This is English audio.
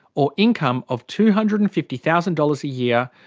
or income of two hundred and fifty thousand dollars a year,